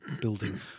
building